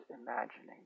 imagining